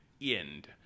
end